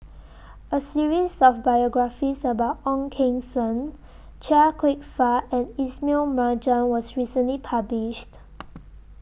A series of biographies about Ong Keng Sen Chia Kwek Fah and Ismail Marjan was recently published